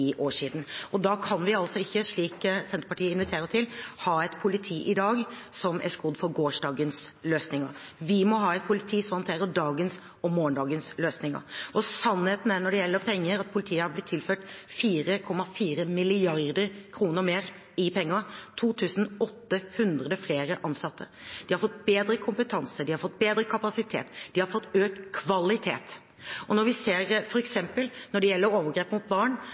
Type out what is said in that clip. år siden. Da kan vi ikke, slik Senterpartiet inviterer til, ha et politi i dag som er skodd for gårsdagens løsninger. Vi må ha et politi som håndterer dagens og morgensdagens løsninger. Sannheten er, når det gjelder penger, at politiet er blitt tilført 4,4 mrd. kr mer og har fått 2 800 flere ansatte. De har fått bedre kompetanse, de har fått bedre kapasitet, og de har fått økt kvalitet. Og når vi ser at andelen saker som gjelder overgrep mot barn,